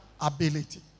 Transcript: ability